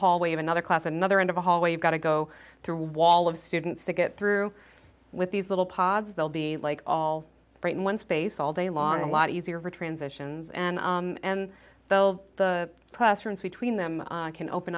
hallway of another class another end of a hallway you've got to go through a wall of students to get through with these little pods they'll be like all right in one space all day long a lot easier for transitions and the press rooms between them can open